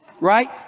Right